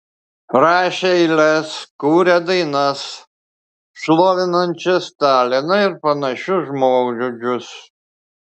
rašę eiles kūrę dainas šlovinančias staliną ir panašius žmogžudžius